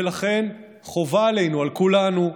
ולכן חובה עלינו, על כולנו,